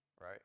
right